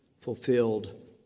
fulfilled